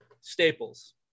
Staples